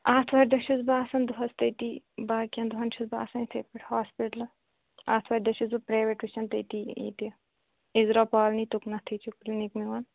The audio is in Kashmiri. آتھوارِ دۅہ چھَس بہٕ آسان دۅہَس تَتی باقین دۅہن چھَس بہٕ آسان یِتھٕے پٲٹھۍ ہاسپٕٹَلہٕ آتھوارِ دۅہ چھَس بہٕ پرٛیویٹ وُِچھان تتی ییٚتہِ ازٕرا کالونی تُکنَتھٕے چھُ کِلٕنِک میٛون